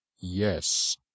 yes